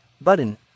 button